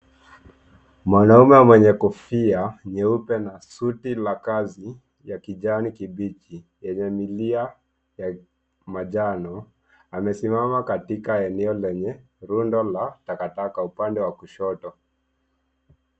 Mwanaume mwenye kofia nyeupe na suti la kazi ya kijani kibichi yenye milia ya manjano amesimama katika eneo lenye rundo la takataka upande wa kushoto.